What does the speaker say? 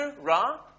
Ra